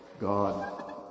God